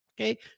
Okay